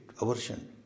aversion